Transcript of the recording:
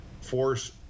force